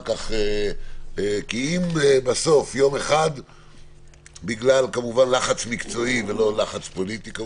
כי אם בסוף בגלל לחץ מקצועי ולא לחץ פוליטי,